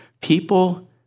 people